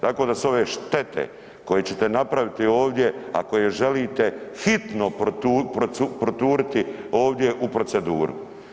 Tako da su ove štete koje ćete napraviti ovdje, ako je želite hitno poturiti ovdje u proceduru.